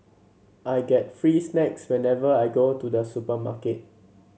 I get free snacks whenever I go to the supermarket